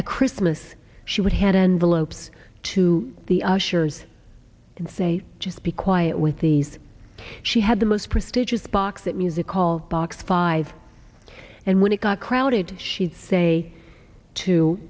at christmas she would had envelopes to the ushers and say just be quiet with these she had the most prestigious box at music called box five and when it got crowded she'd say to